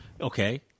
Okay